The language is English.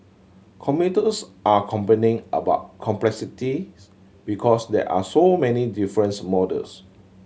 commuters are complaining about complexities because there are so many difference models